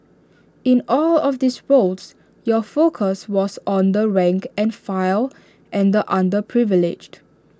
in all of these roles your focus was on the rank and file and the underprivileged